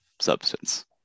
substance